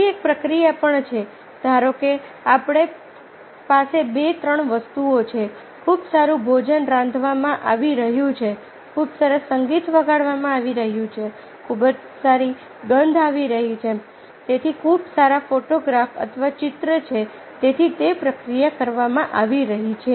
પછી એક પ્રક્રિયા પણ છે ધારો કે આપણી પાસે બે ત્રણ વસ્તુઓ છે ખૂબ સારું ભોજન રાંધવામાં આવી રહ્યું છે ખૂબ સરસ સંગીત વગાડવામાં આવી રહ્યું છે ખૂબ જ સારી ગંધ આવી રહી છે તેથી ખૂબ સારા ફોટોગ્રાફ અથવા ચિત્ર છે તેથી તે પ્રક્રિયા કરવામાં આવી રહી છે